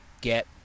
Get